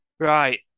Right